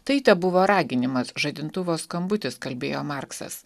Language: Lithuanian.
tai tebuvo raginimas žadintuvo skambutis kalbėjo marksas